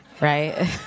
right